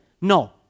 No